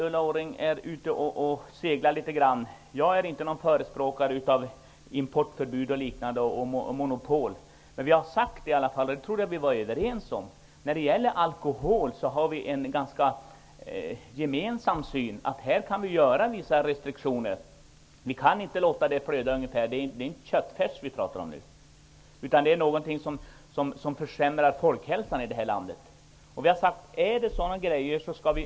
Ulla Orring är ute och seglar om hon menar att jag är förespråkare för förbud och monopol. Jag trodde dock att vi var överens om inriktningen att man kan lägga vissa restriktioner på alkoholen. Vi kan inte låta alkoholen flöda. Det är inte köttfärs som vi talar om, utan om något som försämrar folkhälsan i vårt land. Vi bör därför vidta motåtgärder.